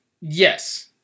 yes